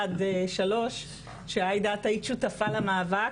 ועד שלוש ועאידה את היית שותפה במאבק,